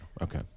Okay